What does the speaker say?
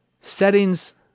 settings